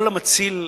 כל המציל,